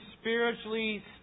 spiritually